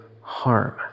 harm